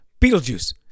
Beetlejuice